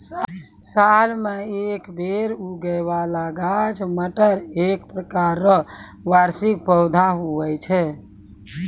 साल मे एक बेर उगै बाला गाछ मटर एक प्रकार रो वार्षिक पौधा हुवै छै